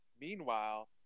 Meanwhile